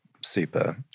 super